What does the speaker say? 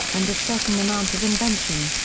and a certain amount of invention.